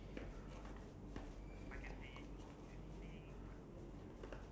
I think that's same that goes like same lah for me